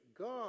God